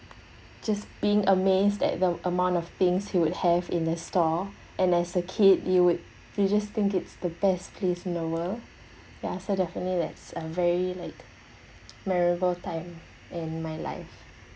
just being amazed at the amount of things he would have in the store and as a kid you would you just think it's the best place in the world ya so definitely that's a very like memorable time in my life